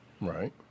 Right